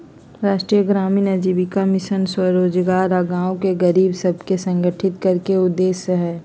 राष्ट्रीय ग्रामीण आजीविका मिशन स्वरोजगार आऽ गांव के गरीब सभके संगठित करेके उद्देश्य हइ